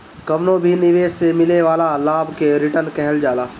कवनो भी निवेश से मिले वाला लाभ के रिटर्न कहल जाला